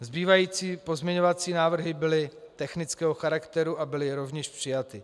Zbývající pozměňovací návrhy byly technického charakteru a byly rovněž přijaty.